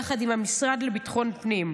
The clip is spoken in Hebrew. יחד עם המשרד לביטחון פנים.